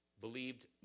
believed